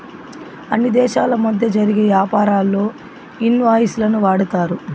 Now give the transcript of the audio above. అన్ని దేశాల మధ్య జరిగే యాపారాల్లో ఇన్ వాయిస్ లను వాడతారు